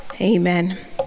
Amen